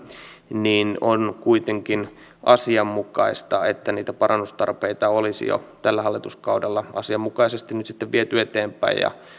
niin on kuitenkin asianmukaista että niitä parannustarpeita olisi jo tällä hallituskaudella asianmukaisesti nyt sitten viety eteenpäin ja